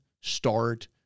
start